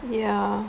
ya